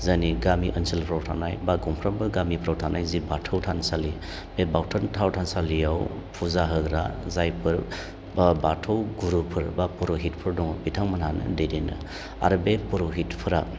जोंनि गामि ओनसोलफ्राव थानाय बा गंफ्रामबो गामिफ्राव थानाय जे बाथौ थानसालि बे बाथौ थाव थानसालियाव फुजा होग्रा जायफोर बा बाथौ गुरुफोर बा परहितफोर दङ बिथांमोनहानो दैदेनो आरो बे परहितफ्रा